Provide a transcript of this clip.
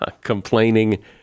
complaining